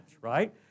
right